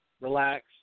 relax